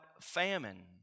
famine